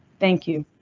thank you.